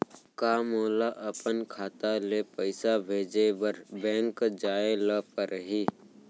का मोला अपन खाता ले पइसा भेजे बर बैंक जाय ल परही?